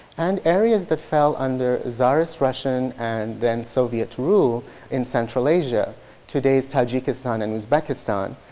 and areas that fell under czarist russian and then soviet rule in central asia today's tajikistan and uzbekistan,